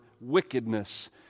wickedness